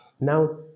now